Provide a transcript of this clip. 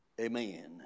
Amen